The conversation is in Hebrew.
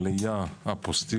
אלפים,